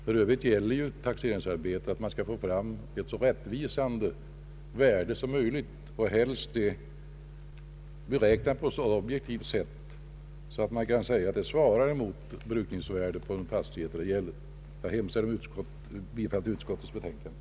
För övrigt gäller vid taxeringsarbetet att man skall få fram ett så rättvisande värde som möjligt och helst ett värde beräknat på så objektivt sätt att det kan sägas svara mot brukningsvärdet på den fastighet det gäller. Jag hemställer om bifall till utskottets betänkande.